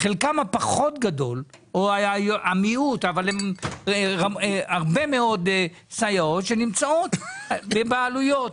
חלקן הפחות גדול או המיעוט אבל הן הרבה מאוד סייעות נמצאות בבעלויות.